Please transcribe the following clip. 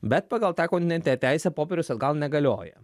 bet pagal tą kontinentinę teisę popierius atgal negalioja